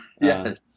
Yes